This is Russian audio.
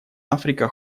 африка